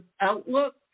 outlook